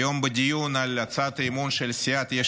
היום בדיון על הצעת האי-אמון של סיעת יש